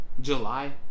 July